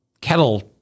kettle